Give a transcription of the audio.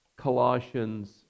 Colossians